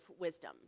wisdom